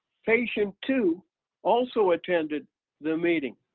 patient two also attended the meeting.